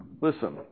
Listen